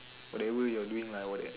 whatever you're doing lah all that